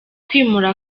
kwimura